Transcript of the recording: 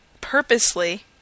purposely